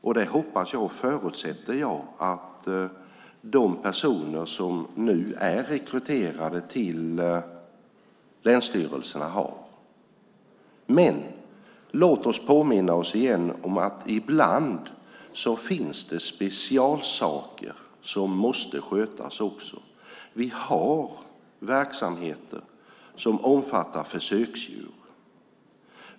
Jag hoppas och förutsätter att de personer som nu har rekryterats till länsstyrelserna har det. Men låt oss påminna oss om att det ibland också finns specialsaker. Det finns verksamheter som omfattar försöksdjur.